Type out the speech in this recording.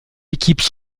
équipes